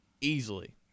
easily